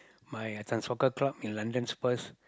my uh this one soccer club in London Spurs